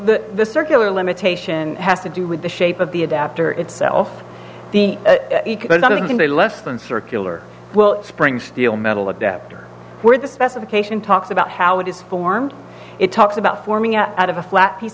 well the circular limitation has to do with the shape of the adapter itself the economics can be less than circular will spring steel metal adapter where the specification talks about how it is formed it talks about forming up out of a flat piece